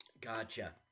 Gotcha